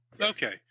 Okay